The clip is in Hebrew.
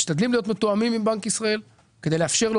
משתדלים להיות מתואמים עם בנק ישראל כדי לאפשר לו